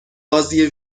بازی